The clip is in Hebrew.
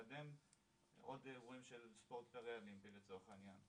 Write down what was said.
לקדם עוד אירועים של ספורט פאראלימפי לצורך העניין.